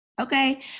okay